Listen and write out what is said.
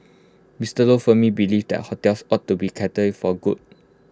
Mister lo firmly believes that hotels ought to be for good